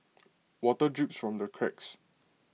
water drips from the cracks